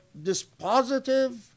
dispositive